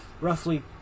roughly